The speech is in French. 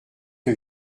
que